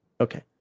Okay